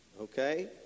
Okay